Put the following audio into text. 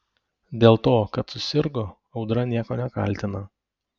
dėl to kad susirgo audra nieko nekaltina